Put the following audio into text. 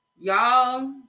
y'all